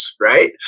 right